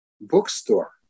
bookstore